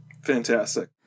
Fantastic